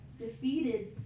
defeated